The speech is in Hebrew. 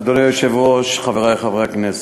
אדוני היושב-ראש, חברי חברי הכנסת,